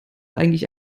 eigentlich